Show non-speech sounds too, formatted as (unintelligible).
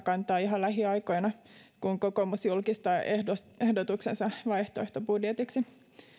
(unintelligible) kantaa ihan lähiaikoina kun kokoomus julkistaa ehdotuksensa vaihtoehtobudjetiksi